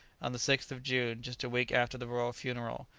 on the sixth of june, just a week after the royal funeral,